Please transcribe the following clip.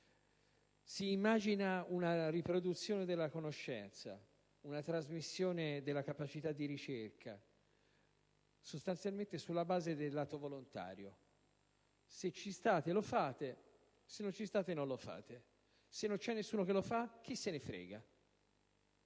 Si immagina una riproduzione della conoscenza ed una trasmissione della capacità di ricerca sostanzialmente sulla base del lato volontario. Se ci state, lo fate, se non ci state, non lo fate; se nessuno lo fa, chi se ne frega.